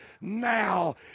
now